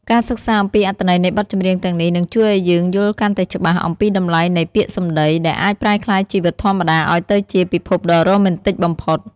ការសិក្សាអំពីអត្ថន័យនៃបទចម្រៀងទាំងនេះ នឹងជួយឱ្យយើងយល់កាន់តែច្បាស់អំពីតម្លៃនៃ "ពាក្យសម្តី" ដែលអាចប្រែក្លាយជីវិតធម្មតាឱ្យទៅជាពិភពដ៏រ៉ូមែនទិកបំផុត។